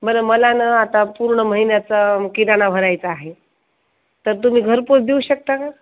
बरं मला नं आता पूर्ण महिन्याचा किराणा भरायचा आहे तर तुम्ही घरपोच देऊ शकता का